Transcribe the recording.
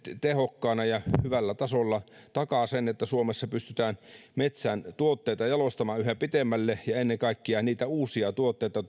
tehokkaana ja hyvällä tasolla takaa sen että suomessa pystytään metsän tuotteita jalostamaan yhä pitemmälle ja ennen kaikkea tuomaan markkinoille niitä uusia tuotteita